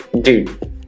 dude